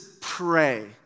pray